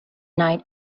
night